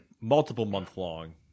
multiple-month-long